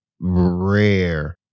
rare